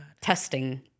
testing